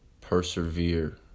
persevere